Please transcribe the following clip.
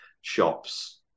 shops